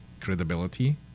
credibility